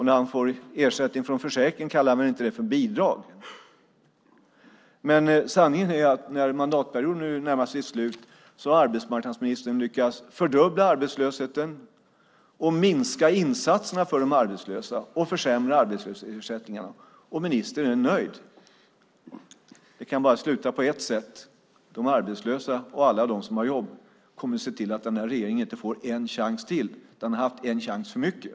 När han får ersättning från försäkringen kallar han väl det inte för bidrag. När mandatperioden nu närmar sig sitt slut har arbetsmarknadsministern lyckats fördubbla arbetslösheten och minska insatserna för de arbetslösa och försämra ersättningarna från arbetslöshetsförsäkringarna. Ministern är nöjd. Det kan bara sluta på ett sätt. De arbetslösa och alla de som har jobb kommer att se till att denna regering inte får en chans till. Den har haft en chans för mycket.